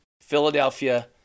Philadelphia